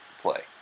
play